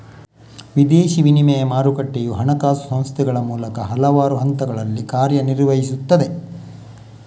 ವಿದೇಶಿ ವಿನಿಮಯ ಮಾರುಕಟ್ಟೆಯು ಹಣಕಾಸು ಸಂಸ್ಥೆಗಳ ಮೂಲಕ ಹಲವಾರು ಹಂತಗಳಲ್ಲಿ ಕಾರ್ಯ ನಿರ್ವಹಿಸುತ್ತದೆ